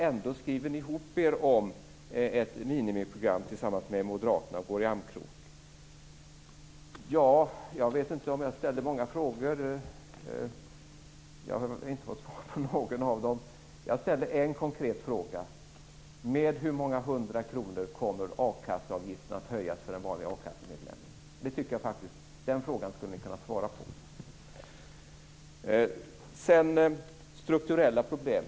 Ändå skriver ni ihop er om ett minimiprogram och går i armkrok med moderaterna. Jag vet inte om jag ställde så många frågor. Jag har inte fått svar på någon av dem. En konkret fråga ställde jag: Med hur många hundra kronor kommer akasseavgiften att höjas för en vanlig a-kassemedlem? Den frågan skall ni kunna svara på.